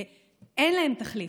ואין להם תחליף.